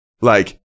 like-